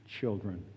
children